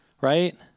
right